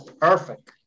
perfect